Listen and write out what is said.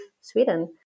Sweden